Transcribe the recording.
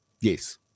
Yes